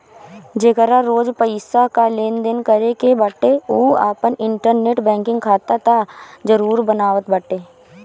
जेकरा रोज पईसा कअ लेनदेन करे के बाटे उ आपन इंटरनेट बैंकिंग खाता तअ जरुर बनावत बाटे